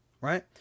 right